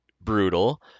brutal